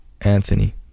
Anthony